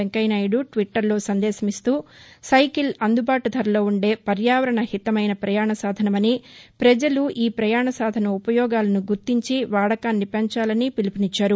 వెంకయ్య నాయుడు ట్విట్లర్లో సందేశమిస్తూ సైకిల్ అందుబాటు ధరలో ఉండే పర్యావరణ హితమైన పయాణ సాధనమని ప్రజలు ఈ ప్రయాణ సాధన సైకిల్ ఉపయోగాలను గుర్తించి వాడకాన్ని పెంచాలని పిలుపునిచ్చారు